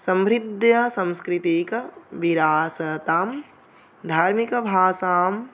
समृद्ध्य सांस्कृतिकविरासतां धार्मिकभासां